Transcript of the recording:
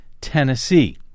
Tennessee